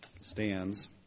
stands